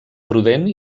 prudent